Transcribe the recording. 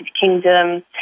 Kingdom